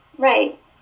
right